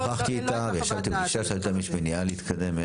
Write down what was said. אני שוחחתי איתה ושאלתי אותה אם יש מניעה להתקדם.